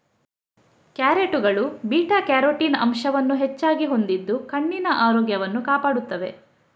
ಕ್ಯಾರೆಟುಗಳು beta carotene ಅಂಶವನ್ನು ಹೆಚ್ಚಾಗಿ ಹೊಂದಿದ್ದು ಕಣ್ಣಿನ ಆರೋಗ್ಯವನ್ನು ಕಾಪಾಡುತ್ತವೆ